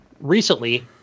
recently